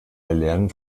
erlernen